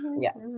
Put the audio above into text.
Yes